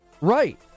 right